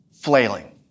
flailing